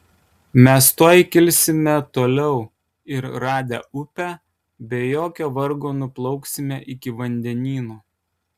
mes tuoj kilsime toliau ir radę upę be jokio vargo nuplauksime iki vandenyno